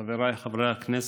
חבריי חברי הכנסת,